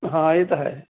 ਹਾਂ ਇਹ ਤਾਂ ਹੈ